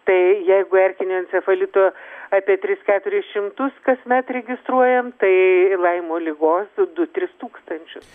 tai jeigu erkinio encefalito apie tris keturis šimtus kasmet registruojam tai laimo ligos du tris tūkstančius